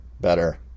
Better